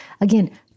Again